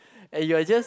and you are just